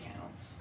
counts